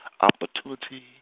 opportunity